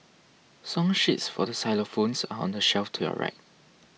song sheets for xylophones are on the shelf to your right